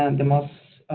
and the most